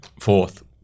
fourth